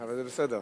זה בסדר.